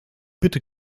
bitte